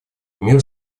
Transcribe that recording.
мир